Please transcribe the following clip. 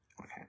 Okay